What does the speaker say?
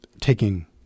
taking